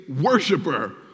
worshiper